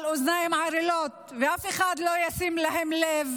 אוזניים ערלות ואף אחד לא ישים אליהם לב